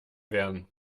werden